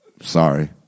Sorry